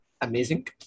Amazing